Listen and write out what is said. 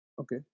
okay